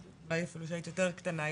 אולי אפילו שהיית יותר קטנה,